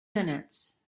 minutes